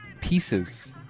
pieces